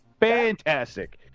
fantastic